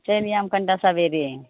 चैलि आयब कनिटा सबेरे